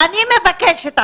אני מבקשת,